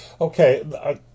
Okay